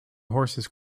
horses